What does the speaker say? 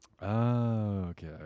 Okay